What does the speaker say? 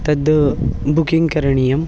तद् बुकिङ्ग् करणीयम्